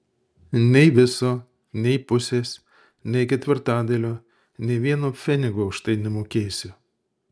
nei viso nei pusės nei ketvirtadalio nė vieno pfenigo už tai nemokėsiu